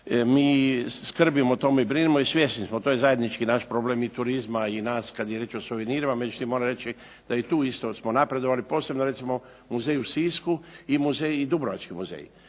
Mi skrbimo o tome i brinemo i svjesni smo. To je zajednički naš problem i turizma i nas kada je riječ o suvenirima. Međutim moram reći da i tu isto smo napredovali posebno recimo muzej u Sisku i Dubrovački muzeji.